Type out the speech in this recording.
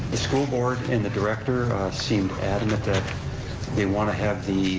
the school board and the director seemed adamant that they want to have the